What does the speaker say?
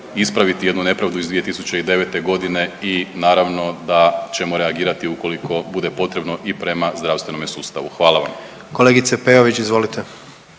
ispraviti jednu nepravdu iz 2009.g. i naravno da ćemo reagirati ukoliko bude potrebno i prema zdravstvenome sustavu. Hvala vam. **Jandroković, Gordan